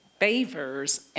Favors